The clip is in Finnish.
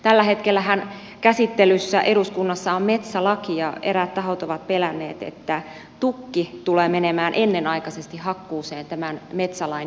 tällä hetkellähän käsittelyssä eduskunnassa on metsälaki ja eräät tahot ovat pelänneet että tukki tulee menemään ennenaikaisesti hakkuuseen tämän metsälain johdosta